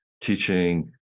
teaching